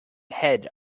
head